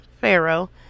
Pharaoh